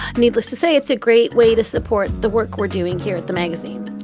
needless to say, it's a great way to support the work we're doing here at the magazine.